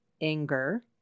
anger